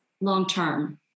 long-term